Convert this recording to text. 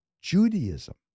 Judaism